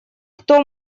кто